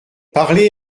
parlez